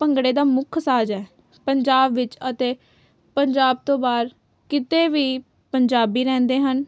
ਭੰਗੜੇ ਦਾ ਮੁੱਖ ਸਾਜ਼ ਹੈ ਪੰਜਾਬ ਵਿੱਚ ਅਤੇ ਪੰਜਾਬ ਤੋਂ ਬਾਹਰ ਕਿਤੇ ਵੀ ਪੰਜਾਬੀ ਰਹਿੰਦੇ ਹਨ